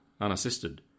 unassisted